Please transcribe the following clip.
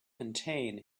contain